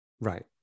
Right